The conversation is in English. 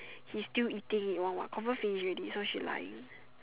he still eating it one what confirm finish already so she lying